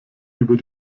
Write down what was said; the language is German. über